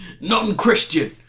non-Christian